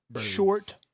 short